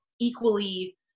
equally